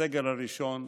בסגר הראשון.